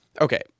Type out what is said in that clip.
Okay